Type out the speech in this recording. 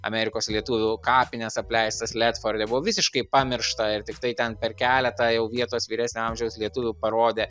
amerikos lietuvių kapines apleistas ledforde buvo visiškai pamiršta ir tiktai ten per keletą jau vietos vyresnio amžiaus lietuvių parodė